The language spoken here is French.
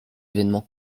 événements